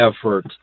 effort